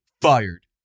fired